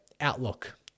outlook